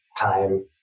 time